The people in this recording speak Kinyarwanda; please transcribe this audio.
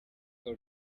call